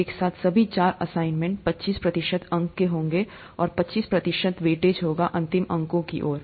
एक साथ सभी चार असाइनमेंट पच्चीस प्रतिशत अंक के होंगे ओर पच्चीस प्रतिशत वेटेज होगा अंतिम अंकों की ओर